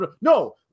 No